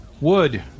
Wood